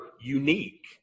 unique